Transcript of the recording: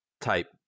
Type